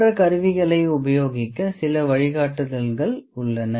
மற்ற கருவிகளைப் உபயோகிக்க சில வழிகாட்டுதல்கள் உள்ளன